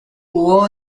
hubo